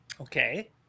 Okay